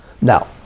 Now